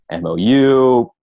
MOU